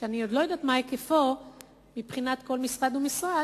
שאני עוד לא יודעת מה היקפו מבחינת כל משרד ומשרד,